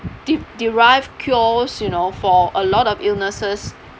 de~ derive cures you know for a lot of illnesses